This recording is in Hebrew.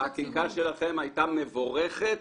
החקיקה שלכם הייתה מבורכת